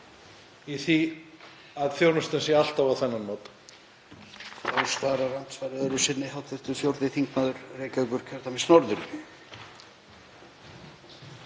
í því að þjónustan sé alltaf á þennan máta?